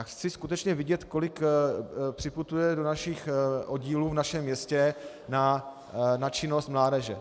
Chci skutečně vidět, kolik připutuje do našich oddílů v našem městě na činnost mládeže.